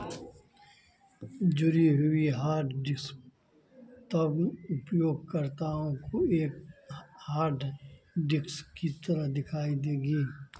जुड़ी हुई hard disk तब उपयोगकर्ताओं को एक हार्ड डिस्क की तरह दिखाई देगी